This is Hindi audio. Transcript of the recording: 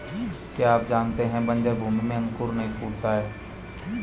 क्या आप जानते है बन्जर भूमि में अंकुर नहीं फूटता है?